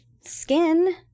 skin